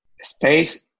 space